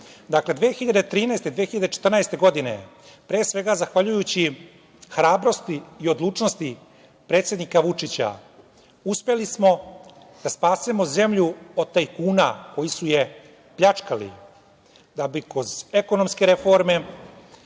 2013, 2014. godine pre svega zahvaljujući hrabrosti i odlučnosti predsednika Vučića uspeli smo da spasemo zemlju od tajkuna koji su je pljačkali da bi kroz ekonomske reforme,